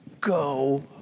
go